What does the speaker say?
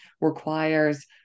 requires